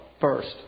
first